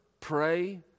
pray